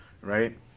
right